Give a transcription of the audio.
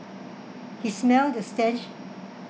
he smell the stench